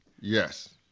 Yes